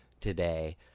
today